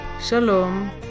Shalom